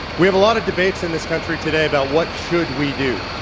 we have a lot of debates in this country today about what should we do.